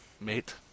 Mate